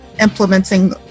implementing